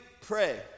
pray